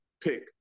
pick